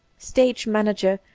stage-manager,